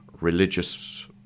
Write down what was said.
religious